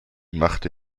machte